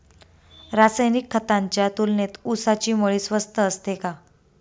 रासायनिक खतांच्या तुलनेत ऊसाची मळी स्वस्त असते का?